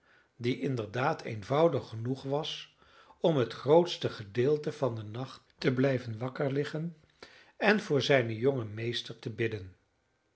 die inderdaad eenvoudig genoeg was om het grootste gedeelte van den nacht te blijven wakker liggen en voor zijnen jongen meester te bidden